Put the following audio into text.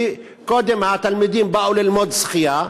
כי קודם התלמידים באו ללמוד שחייה,